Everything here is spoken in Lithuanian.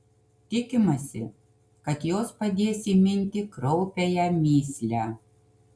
tikimasi kad jos padės įminti kraupiąją mįslę